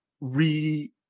re